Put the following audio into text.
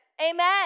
Amen